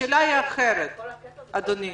השאלה היא אחרת, אדוני.